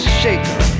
shaker